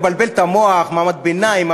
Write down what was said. מבלבל את המוח: מעמד ביניים,